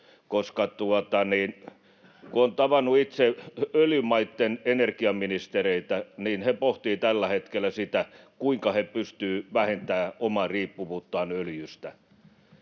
Kun olen itse tavannut öljymaitten energiaministereitä, niin he pohtivat tällä hetkellä sitä, kuinka he pystyvät vähentämään omaa riippuvuuttaan öljystä.